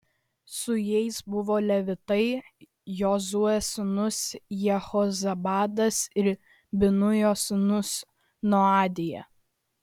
su jais buvo levitai jozuės sūnus jehozabadas ir binujo sūnus noadija